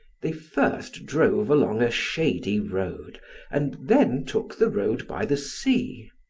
they first drove along a shady road and then took the road by the sea.